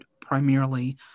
primarily